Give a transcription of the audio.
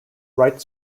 wright